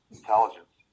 intelligence